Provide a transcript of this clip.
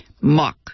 muck